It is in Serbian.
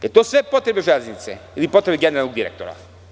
Da li su sve to potrebe Železnice ili potrebe generalnog direktora?